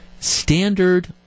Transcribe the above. Standard